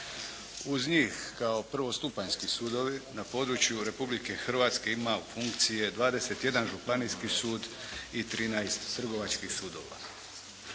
Uz njih kao prvostupanjski sudovi na području Republike Hrvatske ima funkcije 21 županijski sud i 13 trgovačkih sudova.